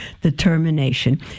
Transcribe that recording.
determination